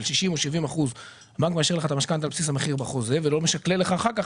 של 60% או70% על בסיס המחיר בחוזה ולא משקלל לך אחר כך